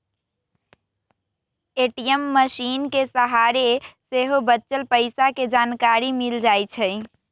ATM मशीनके सहारे सेहो बच्चल पइसा के जानकारी मिल जाइ छइ